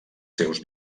seus